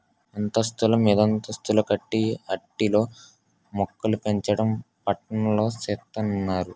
అంతస్తులు మీదంతస్తులు కట్టి ఆటిల్లో మోక్కలుపెంచడం పట్నాల్లో సేత్తన్నారు